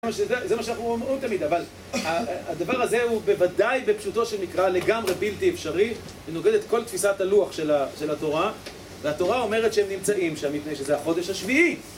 זה מה שאנחנו אומרים תמיד, אבל הדבר הזה הוא בוודאי בפשוטו של מקרא לגמרי בלתי אפשרי. זה נוגד את כל תפיסת הלוח של ה... של התורה, והתורה אומרת שהם נמצאים שם מפני שזה החודש השביעי.